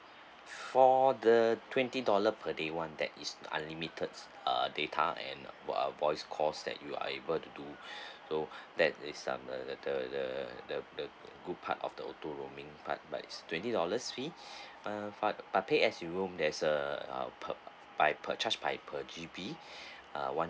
for the twenty dollar per day one that is unlimited uh data and uh voice calls that you are able to do so that is some the the the the good part of the auto roaming but is twenty dollars fee uh but pay as you roam there's uh per by per charge by per G_B uh one